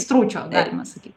stručio galima sakyt